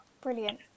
Brilliant